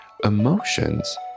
emotions